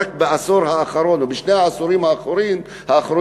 רק בעשור האחרון או בשני העשורים אחרונים